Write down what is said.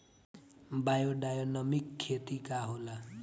Biodynamic खेती का होला?